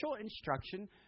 instruction